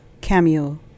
cameo